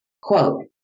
Quote